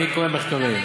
אני קורא מחקרים.